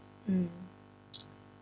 mm